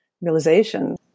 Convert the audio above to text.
realization